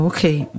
Okay